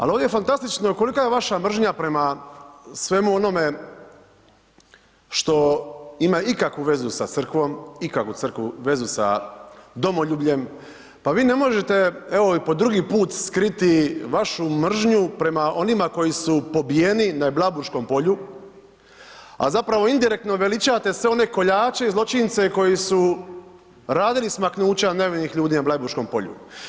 Ali ovdje je fantastično kolika je vaša mržnja prema svemu onome što ima ikakvu vezu sa crkvom, ikakvu vezu sa domoljubljem, pa vi ne možete evo i po drugi put skriti vašu mržnju prema onima koji su pobijeni na Blajburškom polju, a zapravo indirektno veličate sve one kolače i zločince koji su radi smaknuća nevinih ljudi na Blajburškom polju.